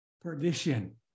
perdition